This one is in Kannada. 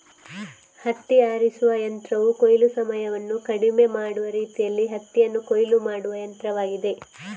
ಹತ್ತಿ ಆರಿಸುವ ಯಂತ್ರವು ಕೊಯ್ಲು ಸಮಯವನ್ನು ಕಡಿಮೆ ಮಾಡುವ ರೀತಿಯಲ್ಲಿ ಹತ್ತಿಯನ್ನು ಕೊಯ್ಲು ಮಾಡುವ ಯಂತ್ರವಾಗಿದೆ